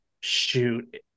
shoot